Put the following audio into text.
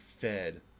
fed